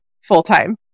full-time